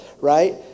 right